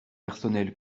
personnel